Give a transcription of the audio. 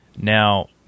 Now